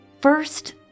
First